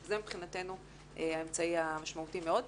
זה מבחינתנו האמצעי המשמעותי מאוד.